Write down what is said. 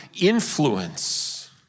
influence